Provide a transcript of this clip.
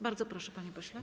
Bardzo proszę, panie pośle.